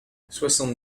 soixante